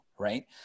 right